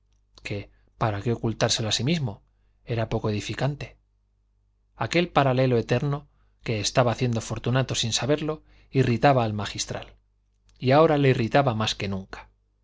que para qué ocultárselo a sí mismo era poco edificante aquel paralelo eterno que estaba haciendo fortunato sin saberlo irritaba al magistral y ahora le irritaba más que nunca